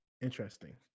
Interesting